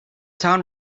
town